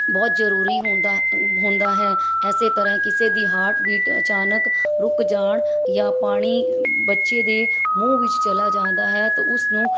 ਬਹੁਤ ਜ਼ਰੂਰੀ ਹੁੰਦਾ ਹੁੰਦਾ ਹੈ ਇਸੇ ਤਰ੍ਹਾਂ ਕਿਸੇ ਦੀ ਹਾਰਟਬੀਟ ਅਚਾਨਕ ਰੁਕ ਜਾਣ ਜਾਂ ਪਾਣੀ ਬੱਚੇ ਦੇ ਮੂੰਹ ਵਿੱਚ ਚਲਾ ਜਾਂਦਾ ਹੈ ਅਤੇ ਉਸਨੂੰ